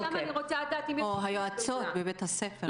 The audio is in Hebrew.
או היועצות בבית הספר.